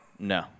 No